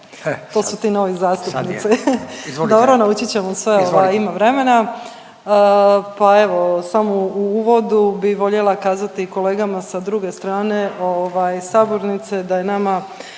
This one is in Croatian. ćemo sve, … .../Upadica: Izvolite./... ima vremena. Pa evo, samo u uvodu bih voljela kazati kolegama sa druge strane sabornice da je nama